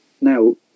Now